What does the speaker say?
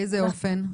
באיזה אופן?